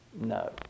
No